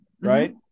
right